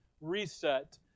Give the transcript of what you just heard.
reset